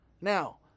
Now